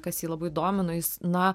kas jį labai domino jis na